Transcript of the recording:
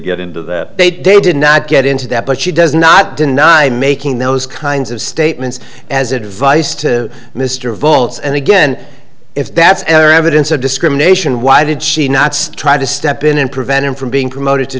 get into that they did not get into that but she does not deny making those kinds of statements as advice to mr vaults and again if that's evidence of discrimination why did she not try to step in and prevent him from being promoted to